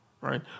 right